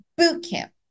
bootcamp